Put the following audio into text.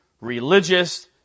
religious